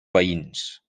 veïns